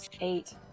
Eight